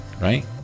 right